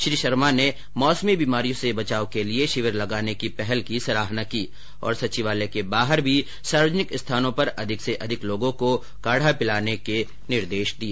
श्री शर्मो ने मौसमी बीमारियों से बचाव के लिए शिविर लगाने की पहल की सराहना की और सचिवालय के बाहर भी सार्वजनिक स्थानों पर अधिक से अधिक लोगों को काढ़ा पिलाने के निर्देश दिए